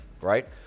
right